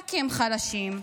רק כי הם חלשים מעמדית,